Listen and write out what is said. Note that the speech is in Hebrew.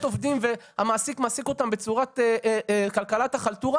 עובדים והמעסיק מעסיק אותם בצורת כלכלת החלטורה.